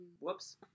Whoops